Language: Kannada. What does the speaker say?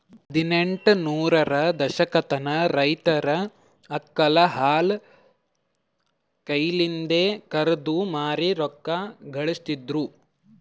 ಹದಿನೆಂಟ ನೂರರ ದಶಕತನ ರೈತರ್ ಆಕಳ್ ಹಾಲ್ ಕೈಲಿಂದೆ ಕರ್ದು ಮಾರಿ ರೊಕ್ಕಾ ಘಳಸ್ತಿದ್ರು